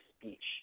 speech